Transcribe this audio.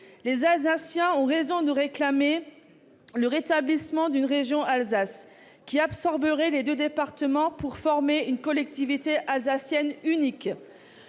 Les Alsaciens ont raison de réclamer le rétablissement d'une région Alsace qui absorberait les deux départements pour former une collectivité alsacienne unique.